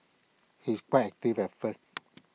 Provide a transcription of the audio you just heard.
he's quite active at first